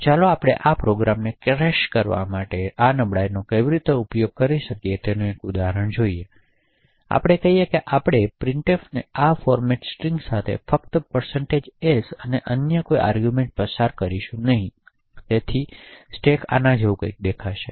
હવે ચાલો આપણે પ્રોગ્રામને ક્રેશ કરવા માટે આ નબળાઈનો કેવી રીતે ઉપયોગ કરી શકીએ તેનું એક ઉદાહરણ જોઈએ તો ચાલો આપણે કહીએ કે આપણે પ્રિન્ટફને આ ફોર્મેટ સ્ટ્રિંગ સાથે ફક્ત s સાથે અને અન્ય કોઈ આર્ગૂમેંટ પસાર કરીશું નહીં તેથી સ્ટેક કંઈક આના જેવો દેખાશે